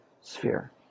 sphere